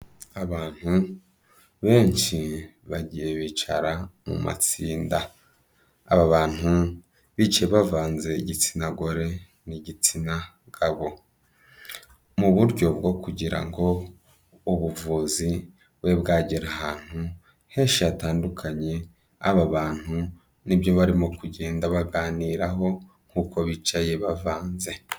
Abantu benshi bagiye bicara mu matsinda, aba bantu bicaye bavanze igitsina gore n'igitsina gabo mu buryo bwo kugira ngo ubuvuzi bube bwagera ahantu henshi hatandukanye, aba bantu ni byo barimo kugenda baganiraho nk'uko bicaye bavanze.